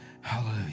hallelujah